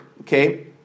Okay